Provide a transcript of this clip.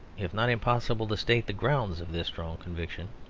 if not impossible, to state the grounds of this strong conviction.